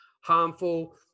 harmful